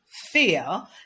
fear